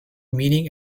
meaning